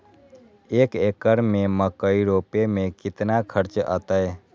एक एकर में मकई रोपे में कितना खर्च अतै?